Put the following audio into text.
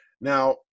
Now